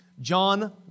John